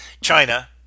China